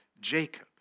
Jacob